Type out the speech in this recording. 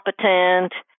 competent